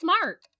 smart